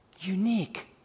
Unique